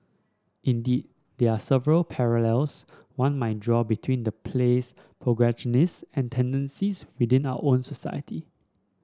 indeed there are several parallels one might draw between the play's protagonist and tendencies within our own society